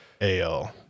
ale